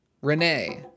renee